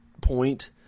point